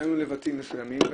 היו לנו לבטים מסוימים.